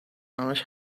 همش